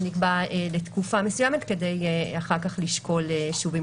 זה נקבע לתקופה מסוימת כדי לשקול אחר-כך שוב אם